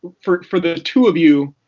for for the two of you,